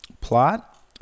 plot